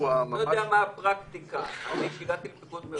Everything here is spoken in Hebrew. אז אלוף פיקוד מרכז הוא הריבון.